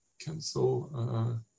cancel